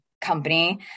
company